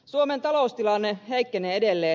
suomen taloustilanne heikkenee edelleen